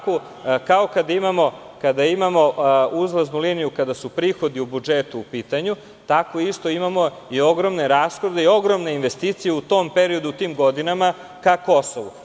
Kao kada ima uzlaznu liniju kada su prihodi u budžetu u pitanju, tako isto imamo i ogromne rashode i ogromne investicije u tom periodu u tim godinama ka Kosovo.